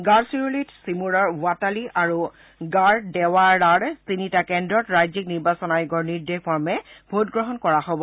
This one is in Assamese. গাড়চিৰোলী চিমুৰৰ ৱাটালি আৰু গাৰডেৱাড়াৰ তিনিটা কেন্দ্ৰত ৰাজ্যিক নিৰ্বাচন আয়োগৰ নিৰ্দেশ মৰ্মে ভোটগ্ৰহণ কৰা হব